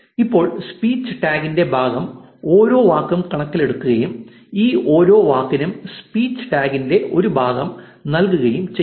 ഇപ്പോൾ സ്പീച്ച് ടാഗറിന്റെ ഭാഗം ഓരോ വാക്കും കണക്കിലെടുക്കുകയും ഈ ഓരോ വാക്കിനും സ്പീച്ച് ടാഗിന്റെ ഒരു ഭാഗം നൽകുകയും ചെയ്യും